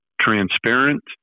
transparent